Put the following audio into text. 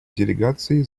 делегации